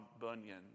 Bunyan